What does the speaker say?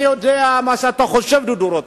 אני יודע מה אתה חושב, דודו רותם.